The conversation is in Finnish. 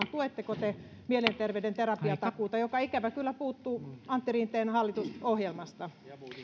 tuetteko te mielenterveyden terapiatakuuta joka ikävä kyllä puuttuu antti rinteen hallitusohjelmasta